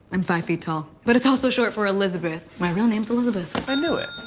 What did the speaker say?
i'm five feet tall. but it's also short for elizabeth. my real name's elizabeth. i knew it.